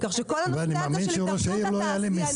כך שכל הנושא הזה של התאחדות התעשיינים